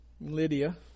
Lydia